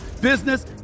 business